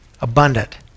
abundant